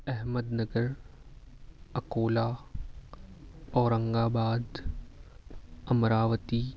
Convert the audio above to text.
Ahmad Nagar Akola Aurangabad Amravati